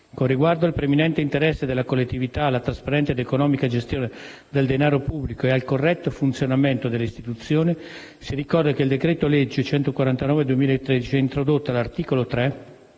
con riguardo al preminente interesse della collettività alla trasparente ed economica gestione del denaro pubblico e al corretto funzionamento delle istituzioni, si ricorda che il decreto-legge n. 149 del 2013 ha introdotto, all'articolo 3,